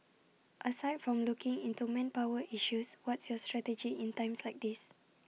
aside from looking into manpower issues what's your strategy in times like these